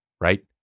right